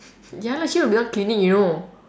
ya lah she will be the one cleaning you know